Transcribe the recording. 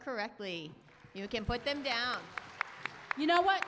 correctly you can put them down you know what